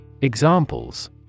Examples